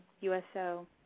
USO